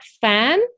fan